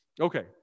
Okay